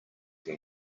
when